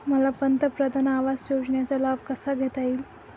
मला पंतप्रधान आवास योजनेचा लाभ कसा घेता येईल?